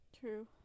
True